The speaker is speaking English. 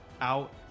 out